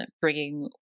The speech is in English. bringing